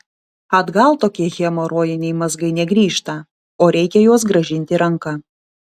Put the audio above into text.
atgal tokie hemorojiniai mazgai negrįžta o reikia juos grąžinti ranka